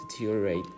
deteriorate